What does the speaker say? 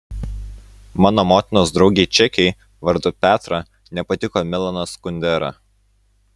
mano motinos draugei čekei vardu petra nepatiko milanas kundera